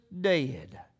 dead